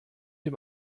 dem